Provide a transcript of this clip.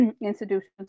institutions